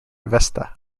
vesta